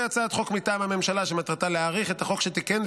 לקריאה שנייה